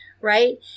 right